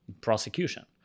prosecution